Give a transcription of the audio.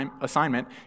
assignment